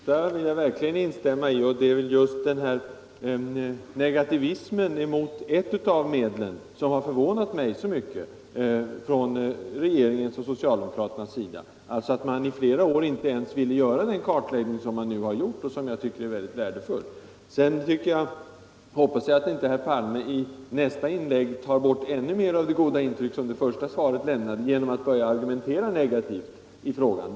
Herr talman! De sista orden vill jag verkligen instämma i, och det är negativismen från regeringen och socialdemokraterna mot ett av medlen som har förvånat mig. Man ville under flera år inte göra den kartläggning som man nu genomfört och som jag tycker är mycket värdefull. Jag hoppas vidare att herr Palme inte i nästa inlägg tar bort ännu mer av det goda intryck som det första svaret lämnade, genom att börja argumentera negativt i frågan.